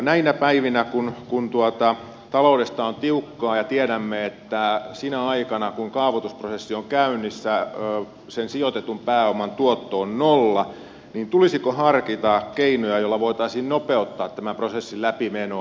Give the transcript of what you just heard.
näinä päivinä kun taloudesta on tiukkaa ja tiedämme että sinä aikana kun kaavoitusprosessi on käynnissä sen sijoitetun pääoman tuotto on nolla tulisiko harkita keinoja joilla voitaisiin nopeuttaa tämän prosessin läpimenoa